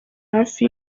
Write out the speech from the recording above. hafi